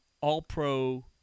all-pro